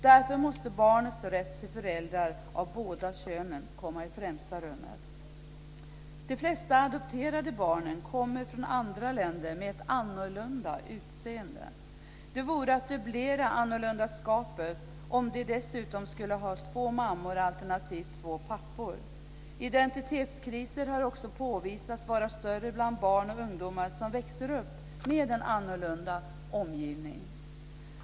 Därför måste barnens rätt till föräldrar av båda könen komma i främsta rummet. De flesta adopterade barn kommer från andra länder, med annorlunda utseende. Det vore att dubblera "annorlundaskapet" om de dessutom skulle ha två mammor, alternativt två pappor. Identitetskriser har också påvisats vara större bland barn och ungdomar som växer upp med en annorlunda omgivning.